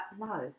no